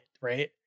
right